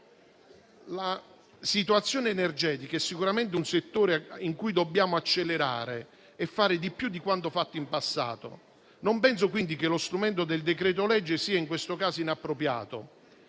La situazione energetica è sicuramente un settore in cui dobbiamo accelerare e fare più di quanto fatto in passato. Non penso quindi che lo strumento del decreto-legge sia in questo caso inappropriato